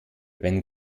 wenn